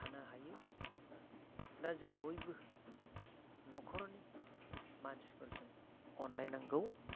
थानो हायो दा जों बयबो नखरनि मानसिफोरजों अनलायनांगौ